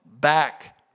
back